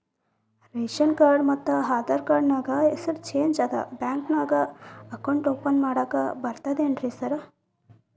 Ration card ಮತ್ತ Aadhaar card ನ್ಯಾಗ ಹೆಸರು ಚೇಂಜ್ ಅದಾ ಬ್ಯಾಂಕಿನ್ಯಾಗ ಅಕೌಂಟ್ ಓಪನ್ ಮಾಡಾಕ ಬರ್ತಾದೇನ್ರಿ ಸಾರ್?